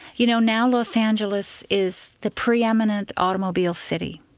you know now los angeles is the pre-eminent automobile city.